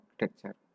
architecture